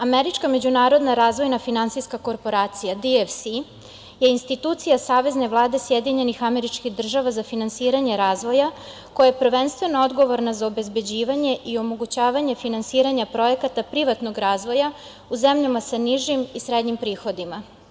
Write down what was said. Američka međunarodna razvojna finansijska korporacija DFC je institucija Savezne Vlade SAD za finansiranje razvoja, koja je prvenstveno odgovorna za obezbeđivanje i omogućavanje finansiranja projekata privatnog razvoja u zemljama sa nižim i srednjim prihodima.